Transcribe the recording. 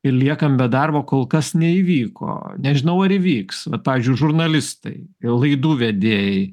ir liekam be darbo kol kas neįvyko nežinau ar įvyks vat pavyzdžiui žurnalistai laidų vedėjai